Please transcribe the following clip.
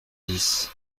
dix